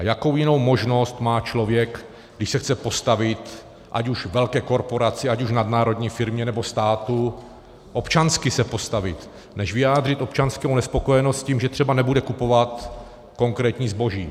Jakou jinou možnost má člověk, když se chce postavit ať už velké korporaci, ať už nadnárodní firmě, nebo státu, občansky se postavit, než vyjádřit občanskou nespokojenost s tím, že třeba nebude kupovat konkrétní zboží?